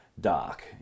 dark